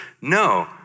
no